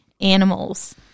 animals